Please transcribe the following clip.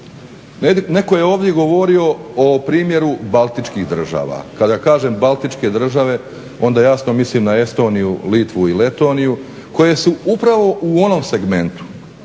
Netko je ovdje govorio o primjeru baltičkih država. Kada kažem baltičke države onda jasno mislim na Estoniju, Litvu i Letoniju koje su upravo u onom segmentu